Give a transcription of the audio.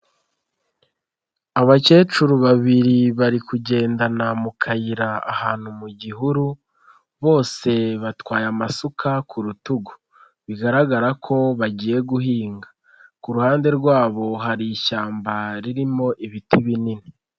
Abakecuru babiri bari kugendana mu kayira ahantu mu gihuru, bose batwaye amasuka ku rutugu bigaragara ko bagiye guhinga, ku ruhande rwabo hari ishyamba ririmo ibiti binini.